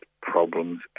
problems